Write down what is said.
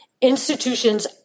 institutions